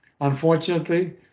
Unfortunately